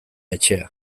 etxea